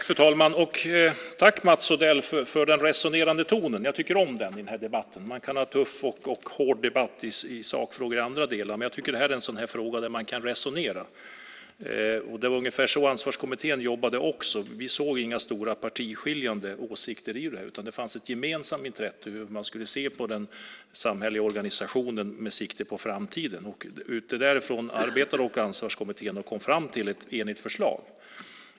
Fru talman! Jag tackar Mats Odell för den resonerande tonen. Jag tycker om den i den här debatten. Man kan ha tuff och hård debatt i sakfrågor i andra delar, men jag tycker att det här är en fråga där man kan resonera. Det var ungefär så Ansvarskommittén jobbade. Vi såg inga stora partiskiljande åsikter i det här. Det fanns ett gemensamt intresse kring hur man skulle se på den samhälleliga organisationen med sikte på framtiden. Därifrån arbetade Ansvarskommittén och kom fram till ett enigt förslag.